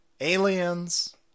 Aliens